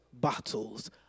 battles